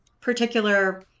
particular